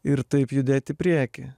ir taip judėt į priekį